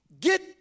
Get